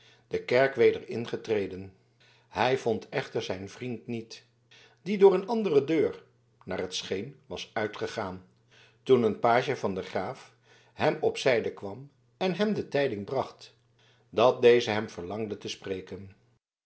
de kerk weder ingetreden hij vond echter zijn vriend niet die door een andere deur naar t scheen was uitgegaan toen een page van den graaf hem op zijde kwam en hem de tijding bracht dat deze hem verlangde te spreken